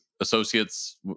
associates